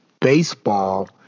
Baseball